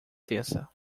terça